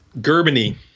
Germany